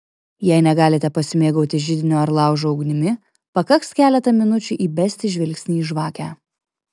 jei negalite pasimėgauti židinio ar laužo ugnimi pakaks keletą minučių įbesti žvilgsnį į žvakę